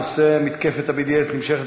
ההצעות לסדר-היום בנושא מתקפת ה-BDS נמשכת